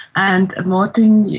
and martin,